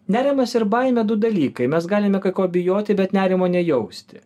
nerimas ir baimė du dalykai mes galime kai ko bijoti bet nerimo nejausti